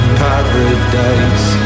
paradise